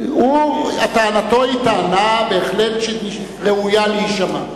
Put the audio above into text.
טענתו היא טענה שבהחלט ראויה להישמע.